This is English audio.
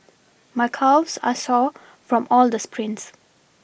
my calves are sore from all the sprints